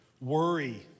worry